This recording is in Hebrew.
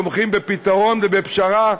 תומכים בפתרון ובפשרה,